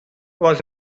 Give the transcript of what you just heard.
was